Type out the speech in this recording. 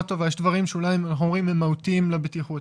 טובה יש אולי דברים שהם מהותיים לבטיחות,